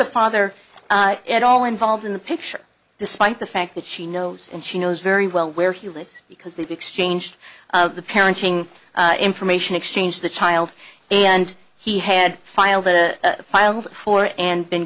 a father at all involved in the picture despite the fact that she knows and she knows very well where he lives because they've exchanged the parenting information exchange the child and he had filed a filed for and been